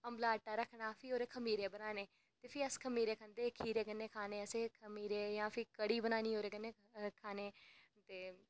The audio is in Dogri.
अम्बला आटा रक्खना भी ओह्दे खमीरे बनाने ते भी अस खमीरे खंदे हे खीरे कन्नै खाने असें जां फ्ही कढ़ी बनानी ते ओह्दे कन्नै खाने